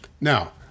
Now